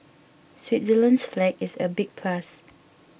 Switzerland's flag is a big plus